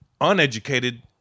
uneducated